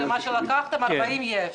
40 מיליון יש.